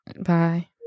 bye